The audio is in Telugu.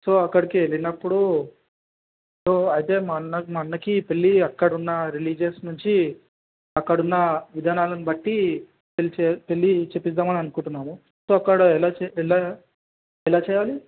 సో అక్కడికి వెళ్ళినప్పుడు సో అయితే మా అన్నక్ అన్నకి పెళ్ళి అక్కడ ఉన్న రిలీజియస్ నుంచి అక్కడ ఉన్న విధానాలను బట్టి పెళ్ళి చే పెళ్ళి చేపిద్దాం అనుకుంటున్నాము సో అక్కడ ఎలా చే ఎలా ఎలా చేయాలి